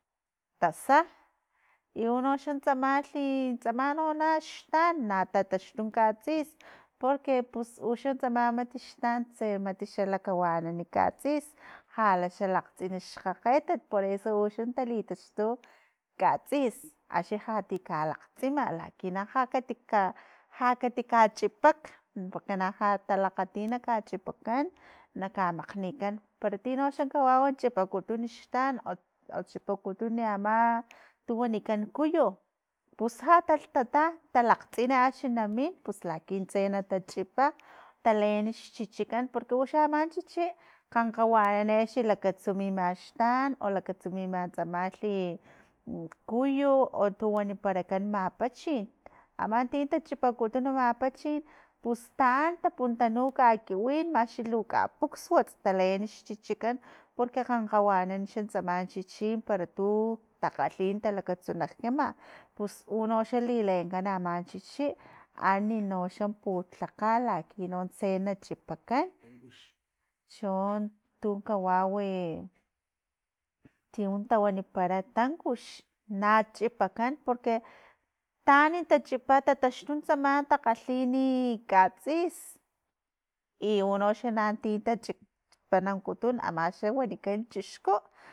Tasa i uno xa tsamahli tsama na u xtan na ta taxtu na katsis porque pus uxa tsama mat xtan tse mat lakawanan katsis lha la xa lakgtsin xkgakgetat por eso uxa ta li taxtu katsis axni lhati ka lagktsima laki na hla ka lha kati kachipak porque na hla ta lakgati na kachipakan na kamakgnikan para ti no kahuan chipakutun xtan o- o chipakutun ama tu wanikan kuyu, pus hla talhtata ta lakgtsin axni namin pus lakin tse na tachipa ta leen xchichikan porque u aman chichi kgankgawanan axni lakatsu mima xtan o lakatsu mima tsamalhi cuyu o tu wanikarakan mapachin ama ti tachiparacutun mapachin pus taan tamputanu kakiwim akxni lu kapusksuats ta leen xchichikan porque kgankgawanan tsaman chichi para tu takgalhin ta talakatsunajima pus uno xa li leencan aman chichi anino uxla putlakga lakin unon tse na chipakan chon tu kawawi ti un tawanipara tankux na tachipakan porque taan tachipa ta taxtu tsamalh takalhin katsis, y uno xa tanati tachipanankutun ama xa wanikan chixku.